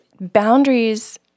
Boundaries